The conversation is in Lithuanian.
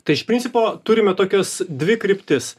tai iš principo turime tokias dvi kryptis